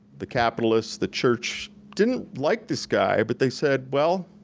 the capitalists, the church didn't like this guy but they said well,